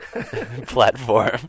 platform